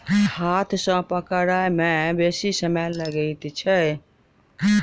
हाथ सॅ पकड़य मे बेसी समय लगैत छै